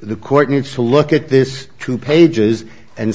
the court needs to look at this two pages and